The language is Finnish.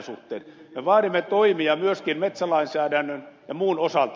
me vaadimme toimia myöskin metsälainsäädännön ja muun osalta